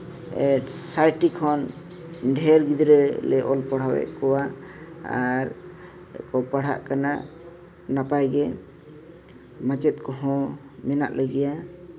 ᱥᱟᱭᱴᱤ ᱠᱷᱚᱱ ᱰᱷᱮᱹᱨ ᱜᱤᱫᱽᱨᱟᱹ ᱞᱮ ᱚᱞ ᱯᱟᱲᱦᱟᱣᱮᱫ ᱠᱚᱣᱟ ᱟᱨ ᱠᱚ ᱯᱟᱲᱦᱟᱜ ᱠᱟᱱᱟ ᱱᱟᱯᱟᱭ ᱜᱮ ᱢᱟᱪᱮᱫ ᱠᱚ ᱦᱚᱸ ᱢᱮᱱᱟᱜ ᱞᱮ ᱜᱮᱭᱟ